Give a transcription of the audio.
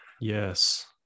Yes